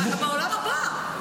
אתה בעולם הבא.